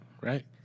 Right